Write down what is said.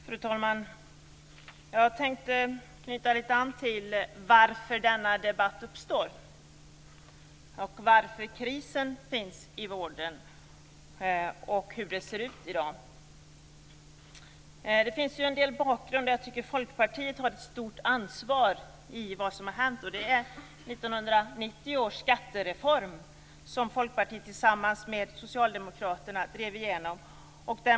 Fru talman! Jag tänkte knyta an till varför denna debatt uppstår, varför krisen finns i vården och hur det ser ut i dag. Det finns en bakgrund där jag tycker att Folkpartiet har ett stort ansvar för vad som har hänt. Det är 1990 års skattereform, som Folkpartiet tillsammans med Socialdemokraterna drev igenom.